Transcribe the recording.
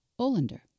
Olander